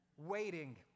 waiting